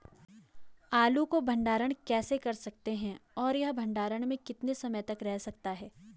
आलू को भंडारण कैसे कर सकते हैं और यह भंडारण में कितने समय तक रह सकता है?